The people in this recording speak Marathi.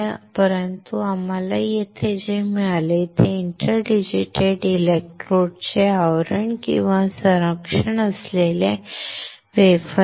परंतु आम्हाला येथे जे मिळाले ते इंटरडिजिटेटेड इलेक्ट्रोड्सचे आवरण किंवा संरक्षण असलेले वेफर आहे